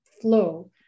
flow